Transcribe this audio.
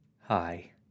Hi